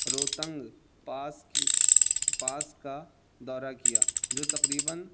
Rohtang pass pass کا دورہ کیا جو تقریباً